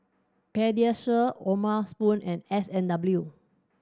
Pediasure O'ma Spoon and S and W